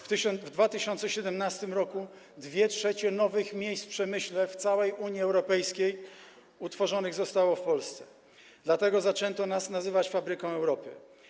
W 2017 r. 2/3 nowych miejsc w przemyśle w całej Unii Europejskiej utworzonych zostało w Polsce, dlatego zaczęto nas nazywać fabryką Europy.